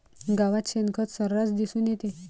गावात शेणखत सर्रास दिसून येते